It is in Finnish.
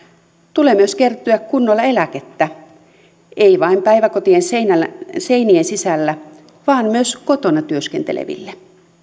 tulee myös kertyä kunnolla eläkettä ei vain päiväkotien seinien seinien sisällä vaan myös kotona työskenteleville